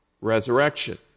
resurrection